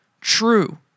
true